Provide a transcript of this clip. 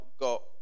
got